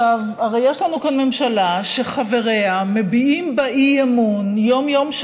הרי יש לנו כאן ממשלה שחבריה מביעים בה אי-אמון יום-יום,